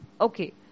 Okay